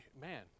man